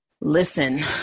Listen